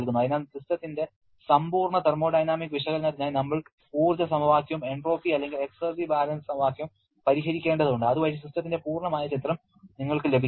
അതിനാൽ സിസ്റ്റത്തിന്റെ സമ്പൂർണ്ണ തെർമോഡൈനാമിക് വിശകലനത്തിനായി നമ്മൾ ഊർജ്ജ സമവാക്യവും എൻട്രോപ്പി അല്ലെങ്കിൽ എക്സർജി ബാലൻസ് സമവാക്യവും പരിഹരിക്കേണ്ടതുണ്ട് അതുവഴി സിസ്റ്റത്തിന്റെ പൂർണ്ണമായ ചിത്രം നിങ്ങൾക്ക് ലഭിക്കും